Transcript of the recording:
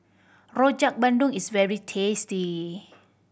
Rojak Bandung is very tasty